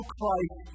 Christ